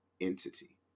entity